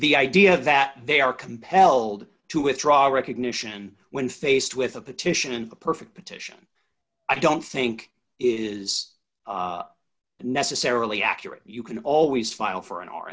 the idea that they are compelled to withdraw our recognition when faced with a petition and a perfect petition i don't think is necessarily accurate you can always file for an